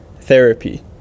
therapy